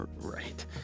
Right